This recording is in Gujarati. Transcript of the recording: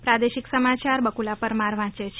પ્રાદેશિક સમાચાર બકુલા પરમાર વાંચે છે